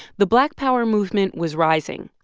the black power movement was rising.